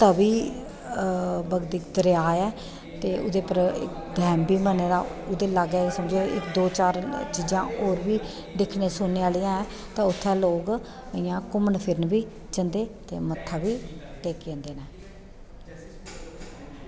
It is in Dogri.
तवी बगदी दरेआ ऐ ते ओह्दे उप्पर इक डैम बी बने दा ओह्दे लागै गै समझो इक दो चार चीजां होर बी दिक्खने सुनने आह्लियां ऐ ते उत्थें लोक इयां घूमन फिरन बी जंदे ते मत्था बी टेकी आंदे न